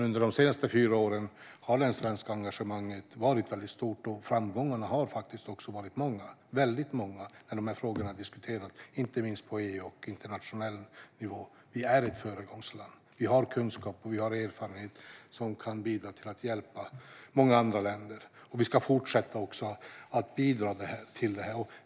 Under de senaste fyra åren har det svenska engagemanget varit väldigt stort, och framgångarna har varit många när de här frågorna har diskuterats, inte minst på EU-nivå och internationell nivå. Vi är ett föregångsland. Vi har kunskaper och erfarenheter som kan bidra till att hjälpa många andra länder, och vi ska fortsätta med att bidra.